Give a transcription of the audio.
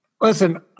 Listen